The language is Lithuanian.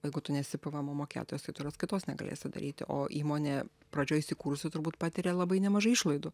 jeigu tu nesi pėvėemo mokėtojas tai tu ir apskaitos negalėsi daryti o įmonė pradžioj įsikūrusi turbūt patiria labai nemažai išlaidų